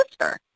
sister